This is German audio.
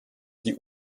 sie